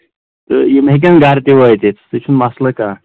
تہٕ یِم ہیٚکن گرٕ تہِ وٲتِتھ تہِ چُھنہٕ مسلہٕ کانہہ